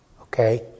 okay